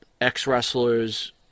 ex-wrestlers